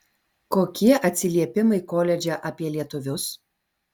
kokie atsiliepimai koledže apie lietuvius